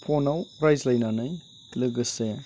फ'नाव रायज्लायनानै लोगोसे